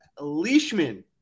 Leishman